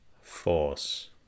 Force